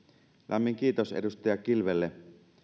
lämmin kiitos edustaja kilvelle